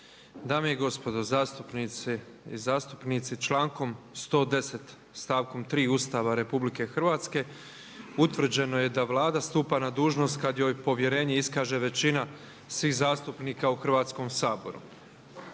Dame i gospodo zastupnice i zastupnici člankom 110. stavkom 3. Ustava RH utvrđeno je da Vlada stupa na dužnost kad joj povjerenje iskaže većina svih zastupnika u Hrvatskom saboru.